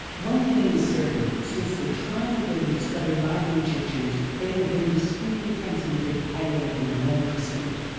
one thing is certain, since the time that they were discovered by the egyptians, they have been discreetly transmitted, and they have been well preserved.